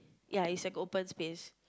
ya is like open space